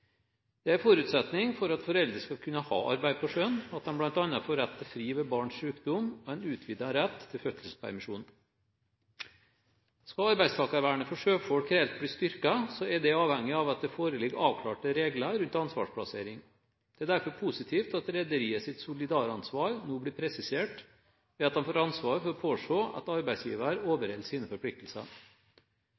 permisjon. En forutsetning for at foreldre skal kunne ha arbeid på sjøen, er at de bl.a. får rett til fri ved barns sykdom og en utvidet rett til fødselspermisjon. Skal arbeidstakervernet for sjøfolk reelt bli styrket, er det avhengig av at det foreligger avklarte regler rundt ansvarsplassering. Det er derfor positivt at rederiets solidaransvar nå blir presisert ved at de får ansvar for å påse at